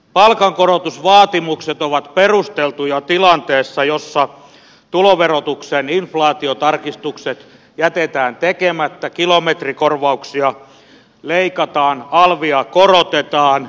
palkankorotusvaatimukset ovat perusteltuja tilanteessa jossa tuloverotuksen inflaatiotarkistukset jätetään tekemättä kilometrikorvauksia leikataan alvia korotetaan